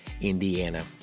Indiana